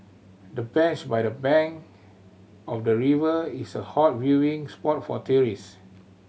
the bench by the bank of the river is a hot viewing spot for tourist